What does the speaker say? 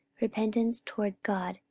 repentance toward god,